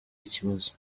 ikibazo